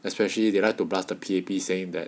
especially they like to blast the P_A_P saying that